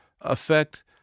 affect